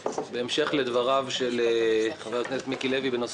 בהמשך לדבריו של חבר הכנסת מיקי לוי לגבי